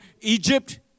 Egypt